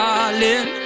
Darling